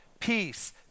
Peace